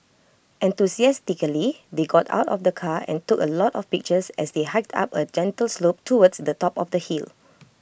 enthusiastically they got out of the car and took A lot of pictures as they hiked up A gentle slope towards the top of the hill